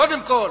קודם כול.